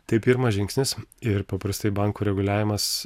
tai pirmas žingsnis ir paprastai bankų reguliavimas